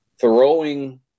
throwing